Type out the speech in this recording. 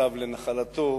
שב לנחלתו,